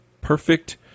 perfect